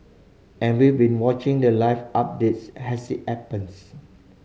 and we were watching the live updates as it happens